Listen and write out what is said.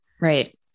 Right